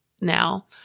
now